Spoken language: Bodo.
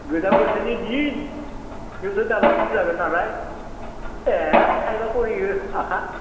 गोजां बोथोरनि दिन जिहेथु दामआ खम जागोन नालाय दे थाइबा खरि हो हा था